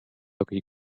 hockey